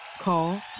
Call